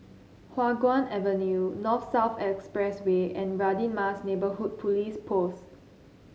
Hua Guan Avenue North South Expressway and Radin Mas Neighbourhood Police Post